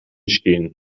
stehen